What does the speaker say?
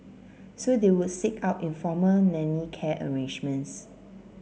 so they would seek out informal nanny care arrangements